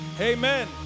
amen